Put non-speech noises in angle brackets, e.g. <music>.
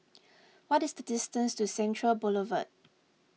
<noise> what is the distance to Central Boulevard